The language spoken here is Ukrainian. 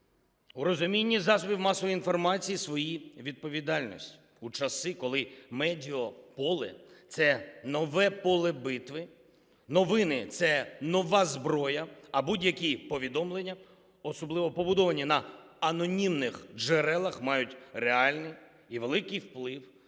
у розумінні засобів масової інформації своєї відповідальності у часи, коли медіаполе – це нове поле битви, новини – це нова зброя, а будь-які повідомлення, особливо побудовані на анонімних джерелах, мають реальний і великий вплив